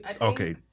Okay